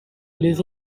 élever